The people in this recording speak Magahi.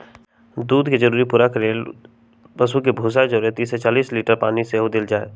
दूध के जरूरी पूरा करे लेल पशु के भूसा जौरे तीस से चालीस लीटर पानी सेहो देल जाय